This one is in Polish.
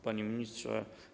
Panie Ministrze!